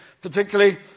particularly